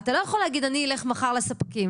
אתה לא יכול להגיד "אני אלך מחר לספקים".